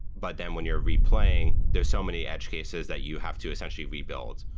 but then when you're replaying, there's so many edge cases that you have to essentially rebuild.